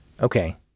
Okay